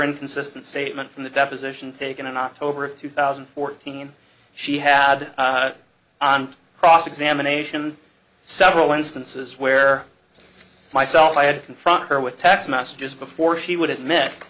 inconsistent statement from the deposition taken in october of two thousand and fourteen she had on cross examination several instances where myself i had confront her with text messages before she would admit